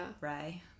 right